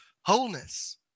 wholeness